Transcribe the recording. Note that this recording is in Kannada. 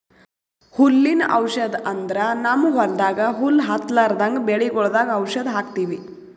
ಹುಲ್ಲಿನ್ ಔಷಧ್ ಅಂದ್ರ ನಮ್ಮ್ ಹೊಲ್ದಾಗ ಹುಲ್ಲ್ ಹತ್ತಲ್ರದಂಗ್ ಬೆಳಿಗೊಳ್ದಾಗ್ ಔಷಧ್ ಹಾಕ್ತಿವಿ